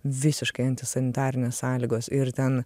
visiškai antisanitarinės sąlygos ir ten